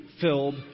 filled